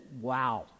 wow